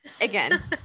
again